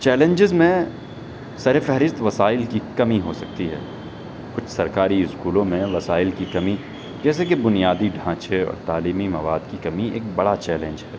challenges میں سر فہرست وسائل کی کمی ہو سکتی ہے کچھ سرکاری اسکولوں میں وسائل کی کمی جیسے کہ بنیادی ڈھانچے اور تعلیمی مواد کی کمی ایک بڑا چیلنج ہے